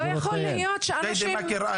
ג'דיידה מכר,